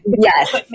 Yes